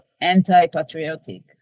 anti-patriotic